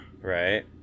right